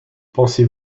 pensez